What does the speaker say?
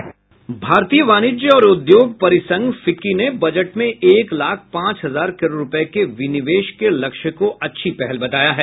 भारतीय वाणिज्य और उद्योग परिसंघ फिक्की ने बजट में एक लाख पांच हजार करोड़ रूपये के विनिवेश के लक्ष्य को अच्छी पहल बताया है